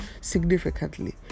significantly